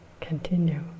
continue